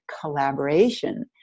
collaboration